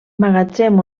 magatzem